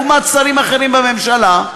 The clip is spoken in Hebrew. לעומת שרים אחרים בממשלה,